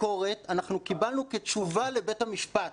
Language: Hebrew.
אנחנו קיבלנו כתשובה לבית המשפט.